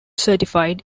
certified